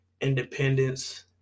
independence